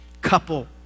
couple